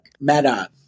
Meta